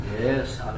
Yes